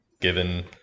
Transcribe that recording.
Given